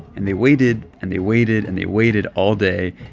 and they waited and they waited and they waited all day,